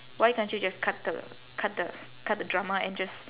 why can't you just cut the cut the cut the drama and just